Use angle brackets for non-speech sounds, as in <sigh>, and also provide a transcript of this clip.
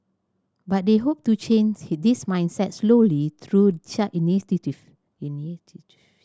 but they hope to change this mindset slowly through such <unintelligible>